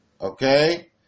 okay